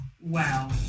wow